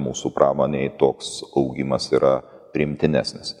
mūsų pramonei toks augimas yra priimtinesnis